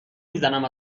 میزنم